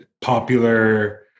popular